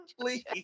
Please